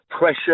pressure